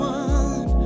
one